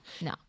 no